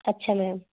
ਅੱਛਾ ਮੈਮ